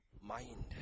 Mind